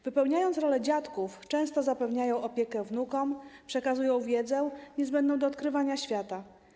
Wypełniając rolę dziadków, często zapewniają opiekę wnukom i przekazują wiedzę niezbędną do odkrywania świata.